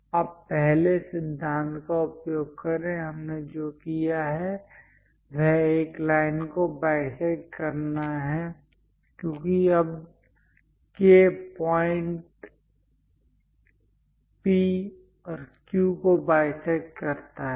अब पहले सिद्धांत का उपयोग करें हमने जो किया है वह एक लाइन को बाईसेक्ट करना है क्योंकि अब K पॉइंट P और Q को बाईसेक्ट करता है